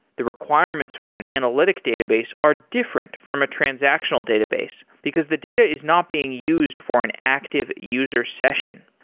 the requirements for an analytic database are different from a transactional database, because the data is not being used for an active user session.